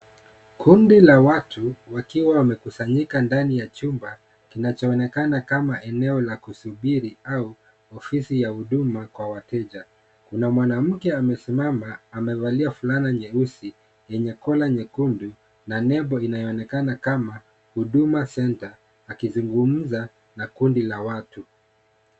Kundi la watu wakiwa wamekusanyika ndani ya chumba kinachoonekana kama eneo la kusubiri au ofisi ya huduma kwa wateja. Kuna mwanamke amesimama amevalia fulana nyeusi yenye kola nyekundu na nembo inayoonekana kama huduma centre akizungumza na kundi la watu.